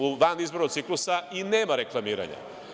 U vanizbornom ciklusu nema reklamiranja.